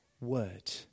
word